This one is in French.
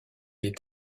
est